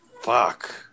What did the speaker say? Fuck